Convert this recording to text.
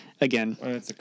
again